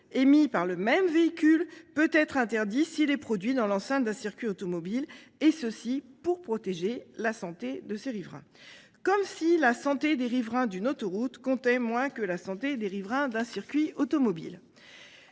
émis par le même véhicule peut être interdit si les produits dans l'enceinte d'un circuit automobile est ceci pour protéger la santé de ces riverains. Comme si la santé des riverains d'une autoroute comptait moins que la santé des riverains d'un circuit automobile.